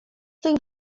tych